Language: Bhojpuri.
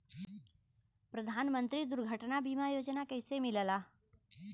प्रधानमंत्री दुर्घटना बीमा योजना कैसे मिलेला?